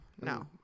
no